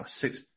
six